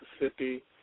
Mississippi